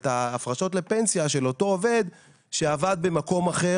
את ההפרשות לפנסיה של אותו עובד שעבד במקום אחר